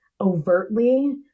overtly